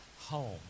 home